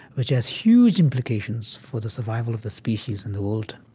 which has huge implications for the survival of the species in the world.